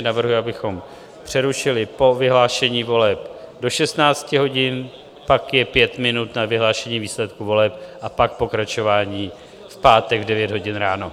Navrhuji, abychom přerušili po vyhlášení voleb do 16 hodin, pak je pět minut na vyhlášení výsledků voleb a pak pokračování v pátek v 9 hodin ráno.